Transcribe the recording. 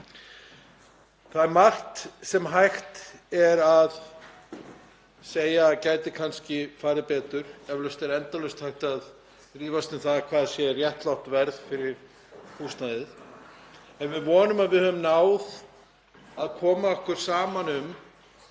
Það er margt sem hægt er að segja að gæti kannski farið betur og eflaust er endalaust hægt að rífast um það hvað sé réttlátt verð fyrir húsnæðið, en við vonum að við höfum náð að koma okkur saman um